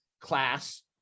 class